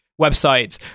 websites